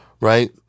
right